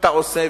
אתה עושה,